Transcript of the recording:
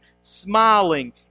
smiling